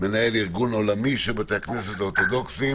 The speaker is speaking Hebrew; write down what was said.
מנהל ארגון עולמי של בתי הכנסת האורתודוקסים,